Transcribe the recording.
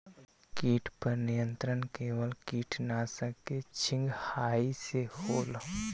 किट पर नियंत्रण केवल किटनाशक के छिंगहाई से होल?